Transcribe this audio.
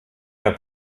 der